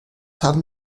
haben